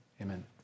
Amen